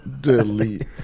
delete